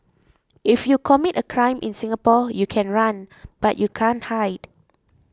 if you commit a crime in Singapore you can run but you can't hide